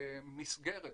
מסגרת,